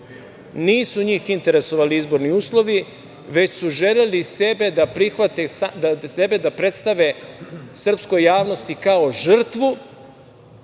Nisu njih interesovali izborni uslovi, već su želeli sebe da predstave srpskoj javnosti kao žrtvu,